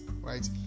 right